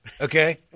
Okay